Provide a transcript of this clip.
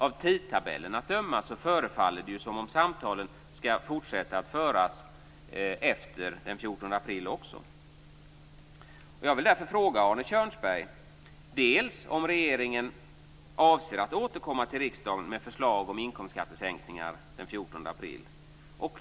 Av tidtabellen att döma förefaller det som om samtalen skall fortsätta att föras också efter den 14 april.